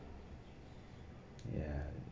ya